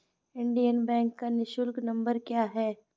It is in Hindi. इंडियन बैंक का निःशुल्क नंबर क्या है?